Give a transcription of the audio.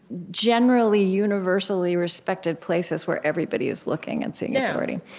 generally universally respected places where everybody is looking and seeing yeah authority.